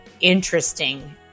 interesting